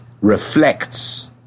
reflects